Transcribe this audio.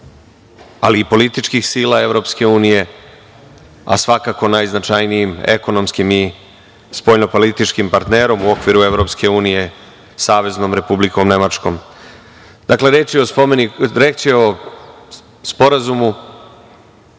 ali i političkih sila EU, a svakako najznačajnijim ekonomskim i spoljno-političkim partnerom u okviru EU, Saveznom Republikom Nemačkom. Dakle, reč je o Sporazumu